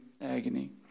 agony